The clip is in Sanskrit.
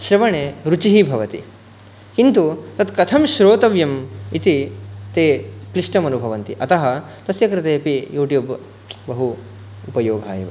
श्रवणे रुचिः भवति किन्तु तत् कथं श्रोतव्यम् इति ते क्लिष्टम् अनुभवन्ति अतः तस्य कृते अपि यूट्यूब् बहु उपयोगाय एव